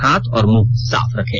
हाथ और मुंह साफ रखें